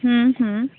हम्म हम्म